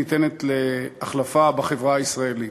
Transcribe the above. והבלתי-ניתנת-להחלפה בחברה הישראלית.